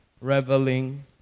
reveling